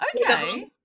Okay